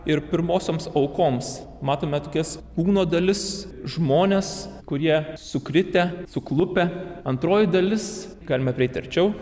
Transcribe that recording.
ir pirmosioms aukoms matome tokias kūno dalis žmones kurie sukritę suklupę antroji dalis galime prieiti arčiau